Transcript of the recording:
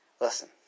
Listen